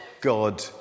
God